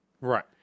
Right